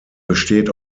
besteht